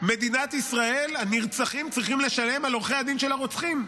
במדינת ישראל הנרצחים צריכים לשלם על עורכי הדין של הרוצחים.